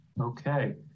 Okay